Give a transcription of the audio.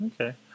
okay